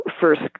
first